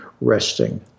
resting